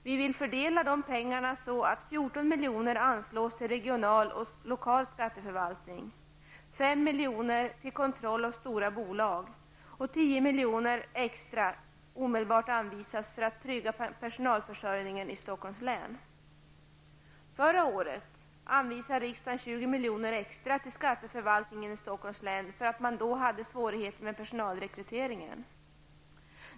Vi vill fördela dessa pengar så att 14 miljoner anslås till regional och lokal skatteförvaltning och 5 miljoner till kontroll av stora bolag. Dessutom anvisas omedelbart 10 miljoner extra för att trygga personalförsörjningen i Stockholms län. Förra året anvisade riksdagen 20 milj.kr. extra till skatteförvaltningen i Stockholms län, eftersom man då hade svårigheter med personalrekryteringen.